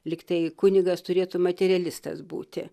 lyg tai kunigas turėtų materialistas būti